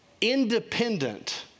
Independent